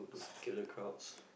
killer crowds